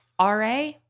RA